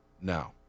now